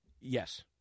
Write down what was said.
Yes